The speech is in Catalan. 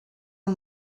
amb